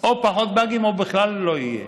פחות באגים או בכלל לא יהיו.